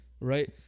right